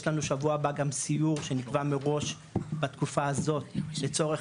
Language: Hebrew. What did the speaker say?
יש לנו שבוע הבא גם סיור שנקבע מראש בתקופה הזאת לצורך